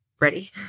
ready